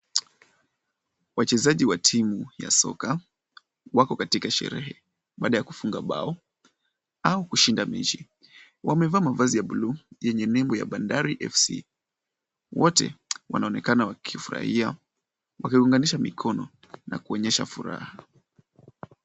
Wachezai wa timu ya soka wako katika sherehe baada ta kufuga bao au kushinda mechi. Wamevaa mavazi ya buluu yenye nembo ya Bandari FC. Wote wanaonekana wakifurahia, wakiunganisha mikono na kuonyesha furaha.